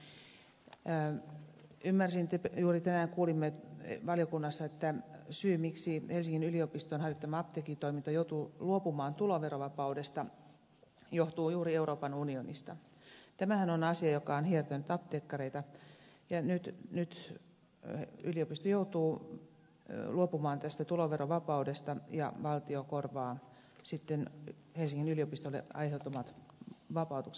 ymmärsin juuri tänään kun kuulimme valiokunnassa että syy miksi helsingin yliopiston harjoittama apteekkitoiminta joutuu luopumaan tuloverovapaudesta johtuu juuri euroopan unionista tämähän on asia joka on hiertänyt apteekkareita ja nyt yliopisto joutuu luopumaan tästä tuloverovapaudesta ja valtio korvaa sitten helsingin yliopistolle aiheutuvat vapautukset